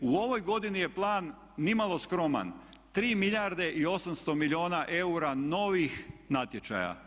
U ovoj godini je plan nimalo skroman 3 milijarde i 800 milijuna eura novih natječaja.